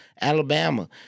Alabama